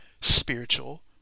spiritual